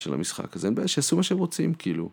‫של המשחק הזה, אין בעיה ‫שיעשו מה שהם רוצים, כאילו.